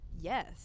Yes